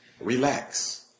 relax